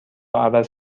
عوض